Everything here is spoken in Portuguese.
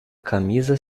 camisa